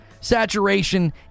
saturation